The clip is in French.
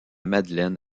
madeleine